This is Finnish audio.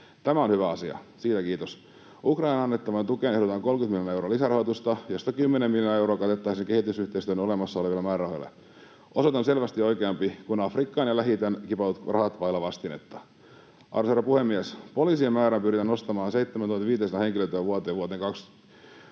Tämä on hyvä asia, siitä kiitos. Ukrainaan annettavaan tukeen ehdotetaan 30 miljoonan euron lisärahoitusta, josta 10 miljoonaa euroa käytettäisiin kehitysyhteistyön olemassa olevilla määrärahoilla. Osoite on selvästi oikeampi kuin Afrikkaan ja Lähi-itään kipatut rahat vailla vastinetta. Arvoisa herra puhemies! Poliisien määrää pyritään nostamaan 7 500 henkilötyövuoteen vuoteen 22